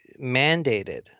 mandated